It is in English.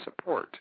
support